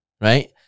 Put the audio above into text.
right